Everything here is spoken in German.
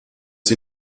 sie